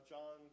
John